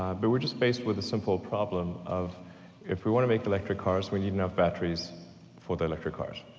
but we're just faced with a simple problem of if we wanna make electric cars, we need enough batteries for the electric cars.